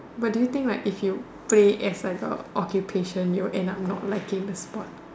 but do you think like if you play as like a occupation you will end up not liking the sport